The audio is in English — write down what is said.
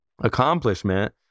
accomplishment